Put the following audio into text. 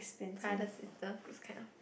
brother sister those kind of